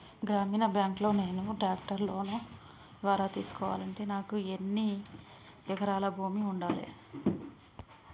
గ్రామీణ బ్యాంక్ లో నేను ట్రాక్టర్ను లోన్ ద్వారా తీసుకోవాలంటే నాకు ఎన్ని ఎకరాల భూమి ఉండాలే?